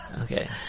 Okay